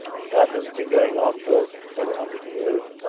that has been going on for several hundred years.